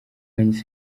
iwanjye